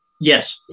Yes